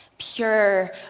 pure